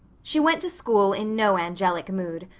she went to school in no angelic mood.